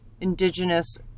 Indigenous